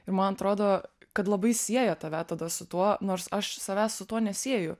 ir man atrodo kad labai sieja tave tada su tuo nors aš savęs su tuo nesieju